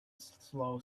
slow